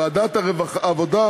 ועדת העבודה,